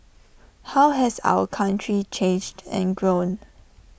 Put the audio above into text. how has our country changed and grown